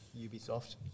Ubisoft